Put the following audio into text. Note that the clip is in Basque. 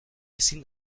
ezin